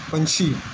ਪੰਛੀ